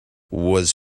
was